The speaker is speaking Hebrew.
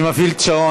אני הפעלתי את השעון.